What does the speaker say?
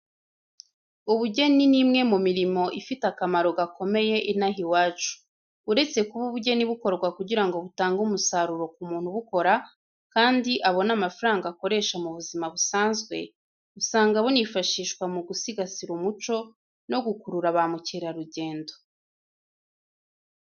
Ubugeni ni imwe mu mirimo ifite akamaro gakomeye inaha iwacu. Uretse kuba ubugeni bukorwa kugira ngo butange umusaruro ku muntu ubukora kandi abone amafaranga akoresha mu buzima busanzwe. Usanga bunifashishwa mu gusigasira umuco no gukurura ba mukerarugendo.